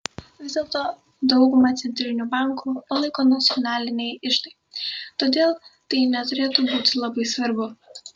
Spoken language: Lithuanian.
vis dėlto daugumą centrinių bankų palaiko nacionaliniai iždai todėl tai neturėtų būti labai svarbu